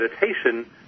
meditation